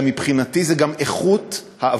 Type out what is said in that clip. אלא מבחינתי זה גם איכות העבודה,